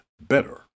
better